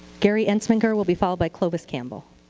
gary amsminger will be followed by clovis campbell.